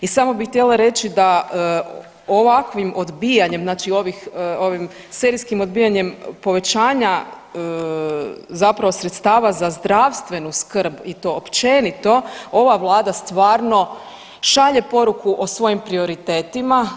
I samo bih htjela reći da ovakvim odbijanjem znači ovih, znači ovim serijskim povećanja zapravo sredstava za zdravstvenu skrb i to općenito, ova vlada stvarno šalje poruku o svojim prioritetima.